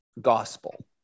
gospel